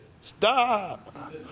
stop